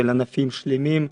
של ענפים שלמים.